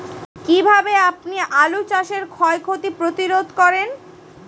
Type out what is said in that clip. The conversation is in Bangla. কীভাবে আপনি আলু চাষের ক্ষয় ক্ষতি প্রতিরোধ করেন?